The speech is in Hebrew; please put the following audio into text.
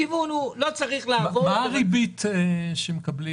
מה הריבית שמקבלים?